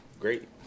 Great